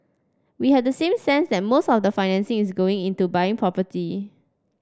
we have the same sense that most of the financing is going into buying property